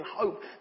hope